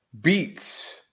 beats